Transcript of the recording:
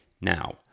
Now